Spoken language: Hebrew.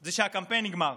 זה שהקמפיין נגמר,